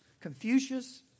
Confucius